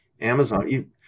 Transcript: Amazon